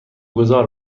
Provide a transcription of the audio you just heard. گذار